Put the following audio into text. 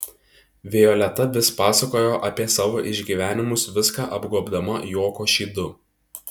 violeta vis pasakojo apie savo išgyvenimus viską apgobdama juoko šydu